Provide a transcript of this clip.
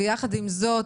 יחד עם זאת,